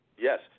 Yes